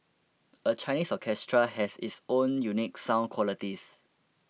a Chinese orchestra has its own unique sound qualities